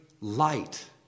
light